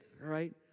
right